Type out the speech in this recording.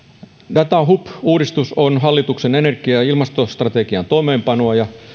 datahub uudistus on hallituksen energia ja ja ilmastostrategian toimeenpanoa ja